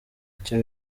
icyo